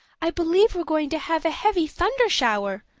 i believe we're going to have a heavy thunder-shower,